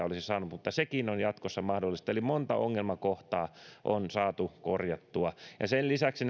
olisi saaneet mutta sekin on jatkossa mahdollista eli monta ongelmakohtaa on saatu korjattua sen lisäksi